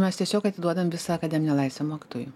mes tiesiog atiduodam visą akademinę laisvę mokytojui